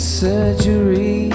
surgery